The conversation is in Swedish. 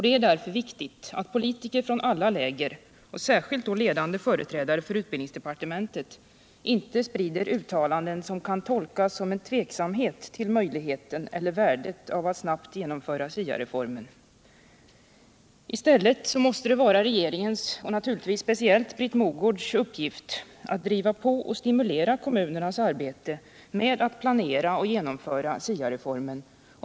Det är därför viktigt att politiker från alla läger, särskilt då ledande företrädare för utbildningsdepartementet, inte sprider uttalanden som kan tolkas som en tveksamhet om möjligheten eller värdet av att snabbt genomföra SIA-reformen. I ställlet måste det vara regeringens, och naturligtvis speciellt Britt Mogårds, uppgift att driva på och stimulera kommunernas arbete med att planera och genomföra SIA-reformen.